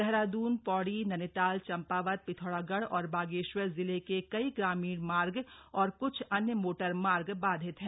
देहरादून पौड़ी नैनीताल चंपावत पिथौरागढ़ और बागेश्वर जिले के कई ग्रामीण मार्ग और कुछ अन्य मोटर मार्ग बाधित हैं